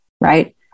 right